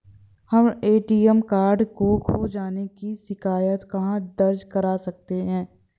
हम ATM card खो जाने की शिकायत कहाँ दर्ज कर सकते हैं?